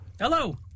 Hello